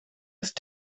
ist